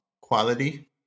Quality